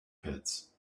pits